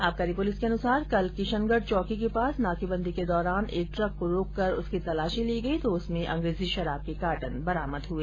आबकारी पुलिस के अनुसार कल किशनगढ़ चौकी के पास नाकेबंदी के दौरान एक ट्रक को रोककर उसकी तलाशी ली गई तो उसमें अंग्रेजी शराब के कार्टन बरामद हुए